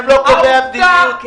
הם לא קובעי המדיניות.